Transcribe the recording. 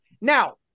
Now